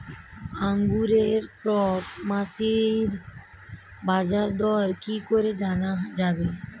আঙ্গুরের প্রাক মাসিক বাজারদর কি করে জানা যাবে?